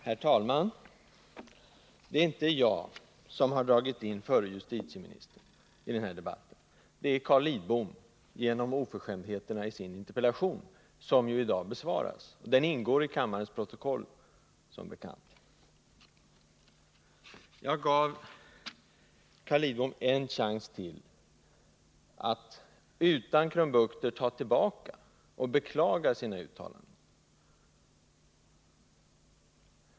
Herr talman! Det är inte jag som har dragit in förre justitieministern i den här debatten — det är Carl Lidbom genom oförskämdheterna i den interpellation som i dag besvaras. Den ingår som bekant i kammarens protokoll. Jag gav Carl Lidbom en chans att utan krumbukter ta tillbaka och beklaga sina uttalanden.